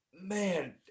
Man